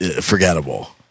forgettable